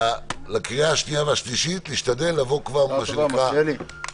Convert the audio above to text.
לקריאה השנייה ולקריאה השלישית להשתדל לבוא מה שנקרא "מגובשים",